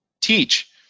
teach